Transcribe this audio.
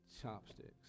chopsticks